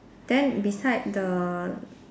then beside the